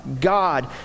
God